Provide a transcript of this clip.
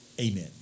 amen